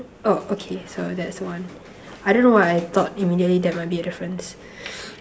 oh okay so that's one I don't know why I thought immediately there might be a difference